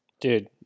Dude